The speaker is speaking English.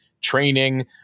training